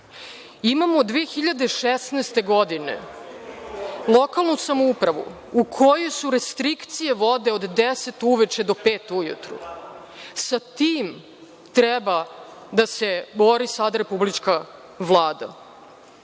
Imamo 2016. godine lokalnu samoupravu u kojoj su restrikcije vode od deset uveče do pet ujutru. Sa tim treba da se bori sada republička